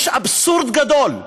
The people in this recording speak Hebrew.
יש אבסורד גדול,